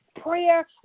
Prayer